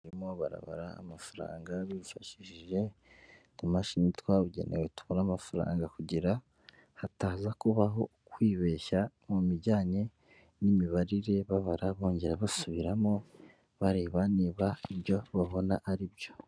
Brimo barabara amafaranga bifashishije utumashini twabugenewe tubara amafaranga kugira hataza kubaho kwibeshya mu bijyanye n'imibare, babara bongera basubiramo, bareba niba ibyo babona aribyo.